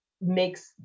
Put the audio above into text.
makes